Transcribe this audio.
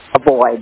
avoid